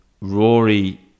Rory